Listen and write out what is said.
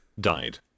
died